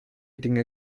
dinge